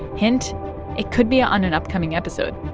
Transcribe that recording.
hint it could be on an upcoming episode.